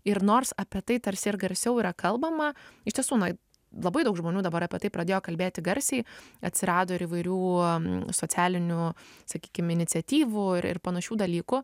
ir nors apie tai tarsi ir garsiau yra kalbama iš tiesų na labai daug žmonių dabar apie tai pradėjo kalbėti garsiai atsirado ir įvairių socialinių sakykim iniciatyvų ir panašių dalykų